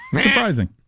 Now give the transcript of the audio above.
Surprising